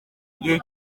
gihe